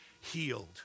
healed